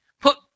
put